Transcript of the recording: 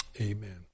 Amen